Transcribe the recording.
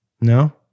No